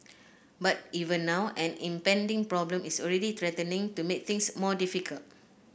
but even now an impending problem is already threatening to make things more difficult